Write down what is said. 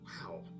Wow